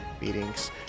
meetings